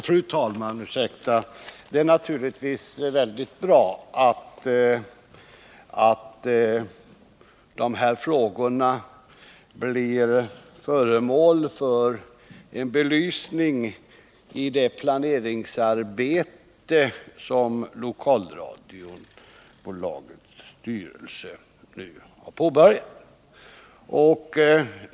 Fru talman! Det är naturligtvis mycket bra att dessa frågor blir föremål för behandling i det planeringsarbete som lokalradiobolagets styrelse nu har påbörjat.